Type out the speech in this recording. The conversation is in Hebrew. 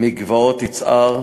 מגבעות יצהר.